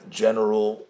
general